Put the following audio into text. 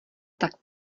tak